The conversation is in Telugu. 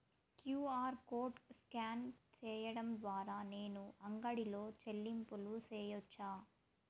క్యు.ఆర్ కోడ్ స్కాన్ సేయడం ద్వారా నేను అంగడి లో చెల్లింపులు సేయొచ్చా?